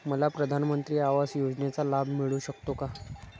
मला प्रधानमंत्री आवास योजनेचा लाभ मिळू शकतो का?